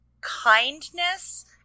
kindness